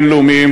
בין-לאומיים,